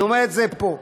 אני אומר את זה פה.